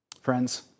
Friends